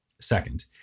Second